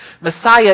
Messiah